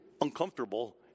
uncomfortable